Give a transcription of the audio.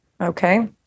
Okay